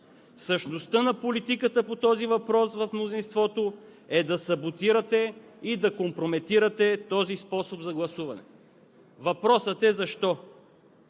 Същността на политиката по този въпрос в мнозинството е да саботирате и да компрометирате този способ за гласуване. Въпросът е защо?